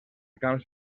camps